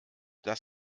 das